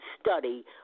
study